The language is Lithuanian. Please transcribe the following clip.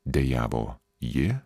dejavo ji